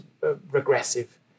regressive